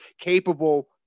capable